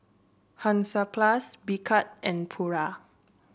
Hansaplast Picard and Pura